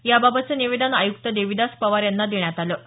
याबाबतचे निवेदन आयुक्त देविदास पवार यांना देण्यात आलं आहे